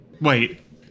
Wait